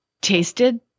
tasted